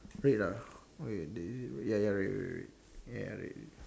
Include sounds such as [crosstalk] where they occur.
red ah okay [noise] ya ya red red red ya red